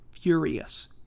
furious